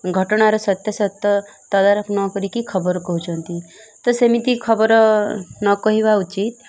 ଘଟଣାର ସତ୍ୟ ସତ୍ୟ ତଦାରଖ ନ କରିକି ଖବର କହୁଛନ୍ତି ତ ସେମିତି ଖବର ନକହିବା ଉଚିତ୍